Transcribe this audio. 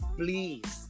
please